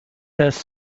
has